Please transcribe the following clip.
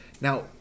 Now